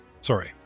Sorry